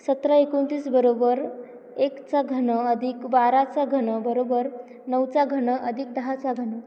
सतरा एकोणतीस बरोबर एक चा घन अधिक बाराचा घन बरोबर नऊचा घन अधिक दहाचा घन